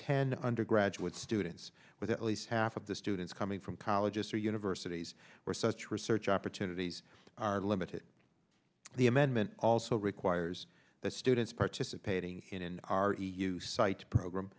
ten undergraduate students with at least half of the students coming from colleges or universities where such research opportunities are limited the amendment also requires that students participating in our e u site program